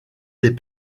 des